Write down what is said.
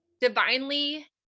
divinely